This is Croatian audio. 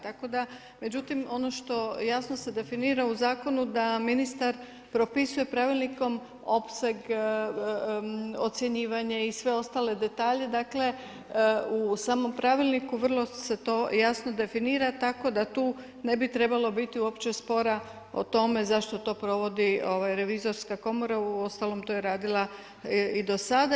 Tako da, međutim, ono što jasno se definira u zakonu da ministar propisuje pravilnikom opseg ocjenjivanja i sve ostale detalje, dakle u samom pravilniku vrlo se to jasno definira tako da tu ne bi trebalo biti uopće spora o tome zašto to provodi revizorska komora, uostalom to je radila i do sada.